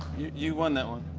y-you won that one.